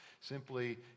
simply